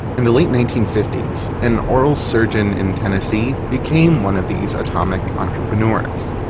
in the late nineteen fifty s an oral surgeon in tennessee became one of these atomic entrepreneurs.